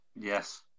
Yes